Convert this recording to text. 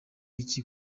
iki